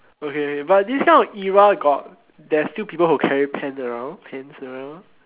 okay but this kind of era got there's still people who carry pens around pens around